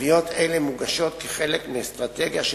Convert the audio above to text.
נציין כי התביעות מוגשות כחלק ממדיניות